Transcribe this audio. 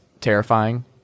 terrifying